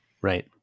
Right